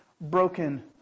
broken